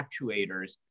actuators